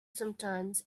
sometimes